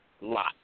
lot